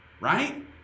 right